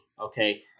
okay